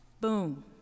boom